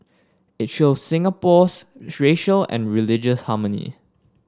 it shows Singapore's racial and religious harmony